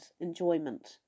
enjoyment